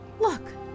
look